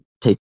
take